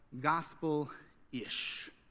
Gospel-ish